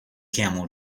camel